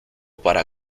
para